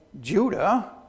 Judah